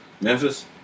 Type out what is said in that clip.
Memphis